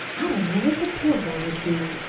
i don't know what the poor boy would do.